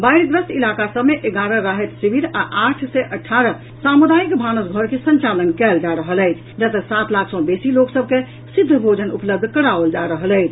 बाढ़ि ग्रस्त इलाका सभ मे एगारह राहति शिविर आ आठ सय अठारह सामुदायिक भानस घर के संचालन कयल जा रहल अछि जतऽ सात लाख सँ बेसी लोक सभ के सिद्ध भोजन उपलब्ध कराओल जा रहल अछि